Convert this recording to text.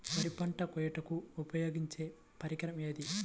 వరి పంట కోయుటకు ఉపయోగించే పరికరం ఏది?